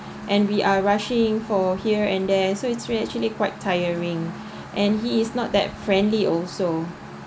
and we are rushing for here and there so it's really actually quite tiring and he is not that friendly also